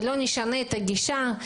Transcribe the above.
ולא נשנה את הגישה,